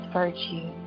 virtue